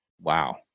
Wow